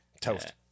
toast